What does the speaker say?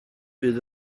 bydd